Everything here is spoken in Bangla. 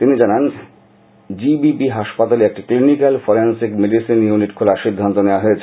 তিনি জানান জিবিপি হাসপাতালে একটি ক্লিনিক্যাল ফরেনসিক মেডিসিন ইউনিট খোলার সিদ্ধান্ত নেওয়া হয়েছে